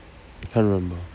I can't remember